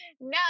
No